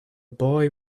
boy